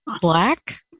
Black